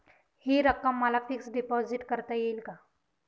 हि रक्कम मला फिक्स डिपॉझिट करता येईल का?